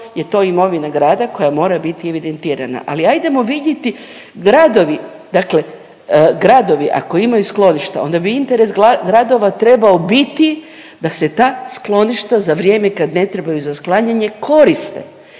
je to imovina grada koja mora biti evidentirana, ali ajdemo vidjeti, gradovi, dakle gradovi, ako imaju skloništa, onda bi interes gradova trebao biti da se ta skloništa za vrijeme kad ne trebaju za sklanjanje, koriste.